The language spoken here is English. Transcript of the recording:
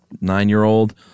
nine-year-old